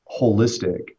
holistic